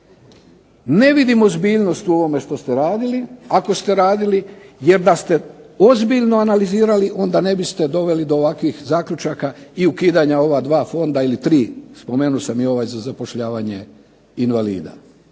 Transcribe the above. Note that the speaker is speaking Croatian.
Ne vidim ozbiljnost u ovome što ste radili, ako ste radili, jer da ste ozbiljno analizirali onda ne biste doveli do ovakvih zaključaka i ukidanja ova 2 fonda ili 3, spomenuo sam i ovaj za zapošljavanje invalida